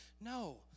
No